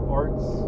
arts